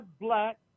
black